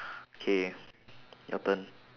K your turn